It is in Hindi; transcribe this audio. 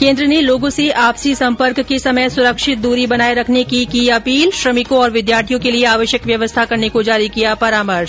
केंद्र ने लोगों से आपसी संपर्क के समय सुरक्षित दूरी बनाए रखने की की अपील श्रमिकों तथा विद्यार्थियों के लिए आवश्यक व्यवस्था करने को जारी किया परामर्श